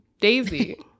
Daisy